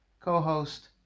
co-host